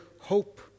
hope